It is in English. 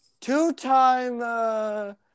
two-time